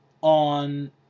on